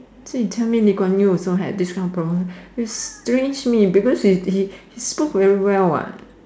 so you tell me Lee-Kuan-Yew also have this kind of problem it's strange me because he he spoke very well what